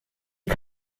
die